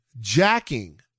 jacking